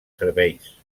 serveis